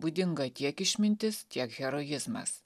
būdinga tiek išmintis tiek heroizmas